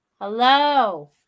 Hello